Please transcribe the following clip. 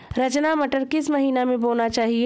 रचना मटर किस महीना में बोना चाहिए?